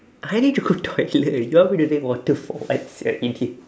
I need to go toilet you want me to drink water for what sia idiot